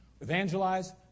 evangelize